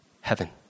heaven